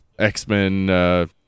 X-Men